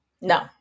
No